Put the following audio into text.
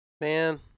Man